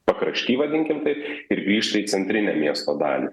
pakrašty vadinkim taip ir grįžta į centrinę miesto dalį